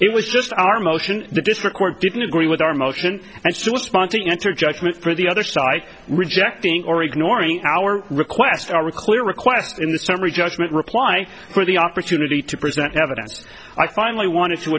it was just our motion the district court didn't agree with our motion and still sponsoring answer judgments for the other side rejecting or ignoring our request are we clear requests in the summary judgment reply for the opportunity to present evidence i finally wanted to